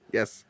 Yes